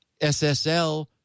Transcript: SSL